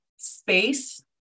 space